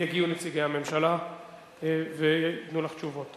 יגיעו נציגי הממשלה וייתנו לך תשובות.